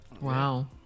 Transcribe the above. Wow